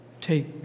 take